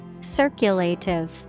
Circulative